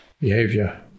behavior